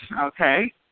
Okay